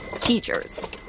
teachers